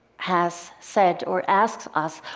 has said or asked us,